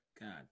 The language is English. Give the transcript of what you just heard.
God